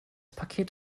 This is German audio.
paket